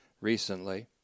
recently